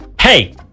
hey-